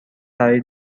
برای